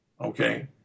okay